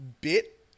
bit